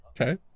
Okay